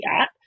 app